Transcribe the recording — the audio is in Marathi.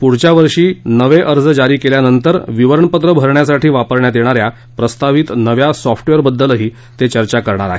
पुढच्या वर्षी नवीन अर्ज जारी केल्यानंतर विवरणपत्र भरण्यासाठी वापरण्यात येणाऱ्या प्रस्तावित नवीन सॉफ्टवेअरबद्दल ते चर्चा करणार आहेत